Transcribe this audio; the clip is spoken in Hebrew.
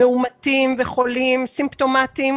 OECD,